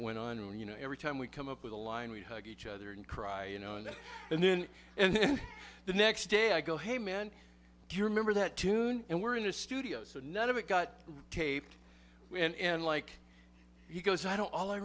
went on and you know every time we come up with a line we hug each other and cry you know that and then the next day i go hey man do you remember that tune and we're in the studio so none of it got taped and like he goes i don't all i